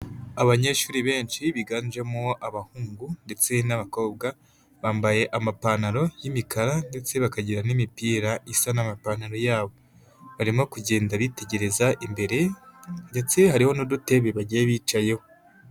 Abanyeshuri benshi biganjemo abahungu ndetse n'abakobwa bambaye amapantaro y'imikara ndetse bakagira n'imipira isa n'amapantaro yabo, barimo kugenda bitegereza imbere ndetse hariho n'udutebe bagiye bicayeho.